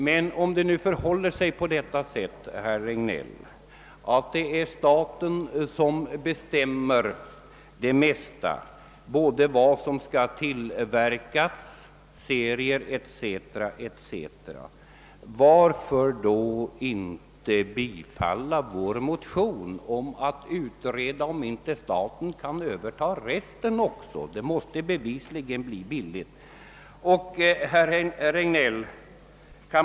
Men om det nu förhåller sig på det sättet, herr Regnéll, att det är staten som bestämmer det mesta om vad som skall tillverkas, om seriernas längd etc., varför då inte bifalla vår motion, där vi begär en utredning om möjligheterna att låta staten överta också det som återstår på detta område.